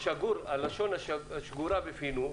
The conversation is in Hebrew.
הלשון השגורה בפינו,